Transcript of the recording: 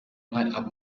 muhammad